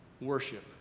worship